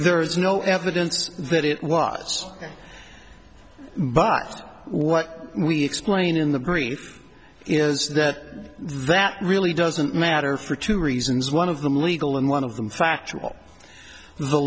there is no evidence that it was there but what we explain in the grief is that that really doesn't matter for two reasons one of them legal and one of them factual the